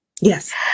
Yes